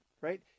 right